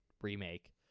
remake